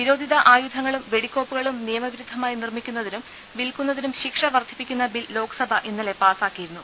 നിരോധിത ആയുധങ്ങളും വെടി ക്കോപ്പുകളും നിയമവിരുദ്ധമായി നിർമിക്കുന്നതിനും വിൽക്കു ന്നതിനും ശിക്ഷ വർധിപ്പിക്കുന്ന ബിൽ ലോക്സഭ ഇന്നലെ പാസ്സാ ക്കിയിരുന്നു